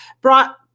brought